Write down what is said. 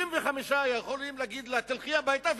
65 יכולים לומר לה: תלכי הביתה,